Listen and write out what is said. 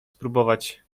spróbować